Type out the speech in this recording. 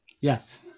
yes